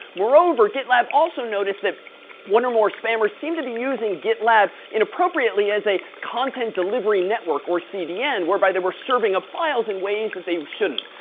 moreover, gitlab also notice that one or more spammers seemed to be using gitlab inappropriately, as a content delivery network, or cdn, whereby they were serving up files in ways that they shouldn't.